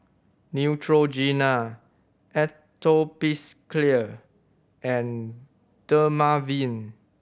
Neutrogena Atopiclair and Dermaveen